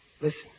Listen